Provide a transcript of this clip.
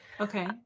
Okay